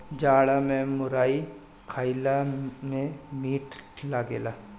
जाड़ा में मुरई खईला में मीठ लागेला